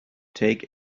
take